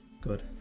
Good